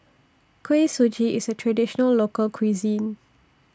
Kuih Suji IS A Traditional Local Cuisine